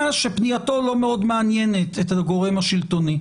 שפנייתו לא מעניינת את הגורם השלטוני.